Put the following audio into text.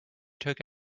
took